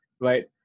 right